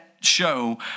show